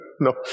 No